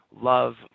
love